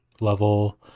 level